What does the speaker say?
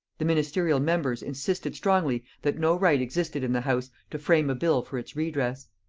the ministerial members insisted strongly that no right existed in the house to frame a bill for its redress.